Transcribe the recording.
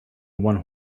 one